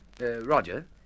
Roger